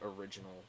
original